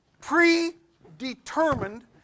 predetermined